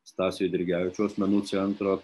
stasio eidrigevičiaus menų centro